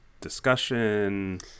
discussion